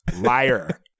Liar